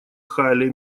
хайле